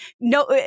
No